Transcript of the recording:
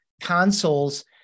consoles